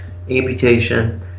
amputation